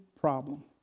problem